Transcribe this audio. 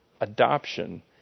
adoption